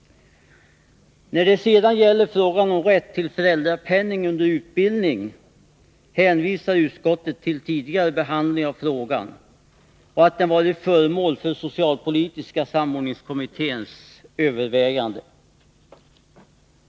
När det sedan gäller frågan om rätt till föräldrapenning under utbildning hänvisar utskottet till tidigare behandling av frågan och till att den varit föremål för socialpolitiska samordningskommitténs övervägande.